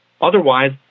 Otherwise